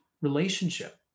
relationship